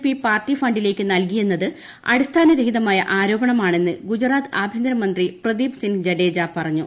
P party ഫണ്ടിലേക്ക് നൽകിയെന്നത് അടിസ്ഥാനരഹിതമായ ആരോപണമാണെന്ന് ഗുജറാത്ത് ആഭ്യന്തര മന്ത്രി പ്രദീപ്സിൻഹ് ജഡേജ പറഞ്ഞു